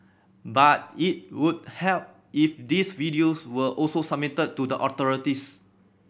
but it would help if these videos were also submitted to the authorities